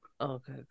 Okay